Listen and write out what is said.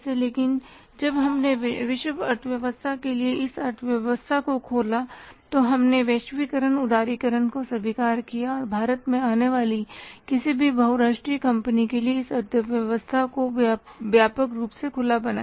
लेकिन जब हमने विश्व अर्थव्यवस्था के लिए इस अर्थव्यवस्था को खोला तो हमने वैश्वीकरण उदारीकरण को स्वीकार किया और भारत में आने वाली किसी भी बहु राष्ट्रीय कंपनी के लिए इस अर्थव्यवस्था को व्यापक रूप से खुला बनाया गया